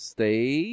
Stay